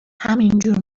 همینجور